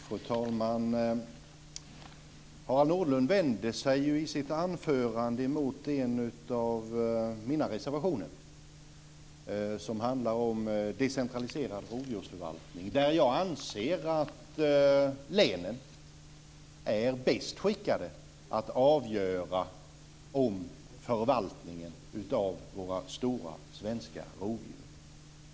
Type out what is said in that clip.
Fru talman! Harald Nordlund vänder sig i sitt anförande mot en av mina reservationer, som handlar om decentraliserad rovdjursförvaltning, där jag anser att länen är bäst skickade att avgöra förvaltningen av våra stora svenska rovdjur.